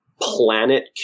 planet